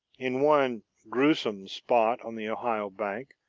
in one gruesome spot on the ohio bank,